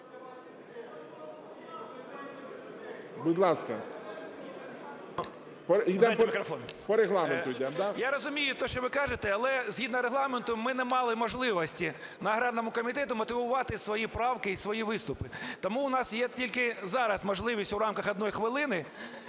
Я розумію те, що ви кажете. Але згідно Регламенту ми не мали можливості на аграрному комітеті мотивувати свої правки і свої виступи. Тому у нас є тільки зараз можливість у рамках однієї хвилини